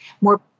more